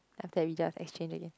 have to result exchange again